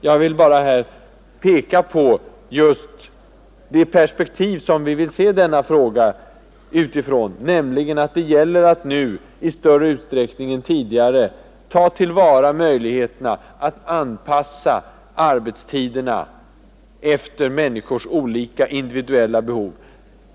Jag vill bara peka på just det perspektiv som vi vill se denna fråga i, nämligen att det nu gäller att i större utsträckning än tidigare ta till vara möjligheterna att anpassa arbetstiderna efter människors olika, individuella behov.